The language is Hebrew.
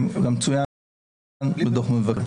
זה גם צוין בדוח המבקר.